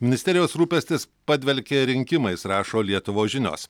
ministerijos rūpestis padvelkė rinkimais rašo lietuvos žinios